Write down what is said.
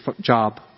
job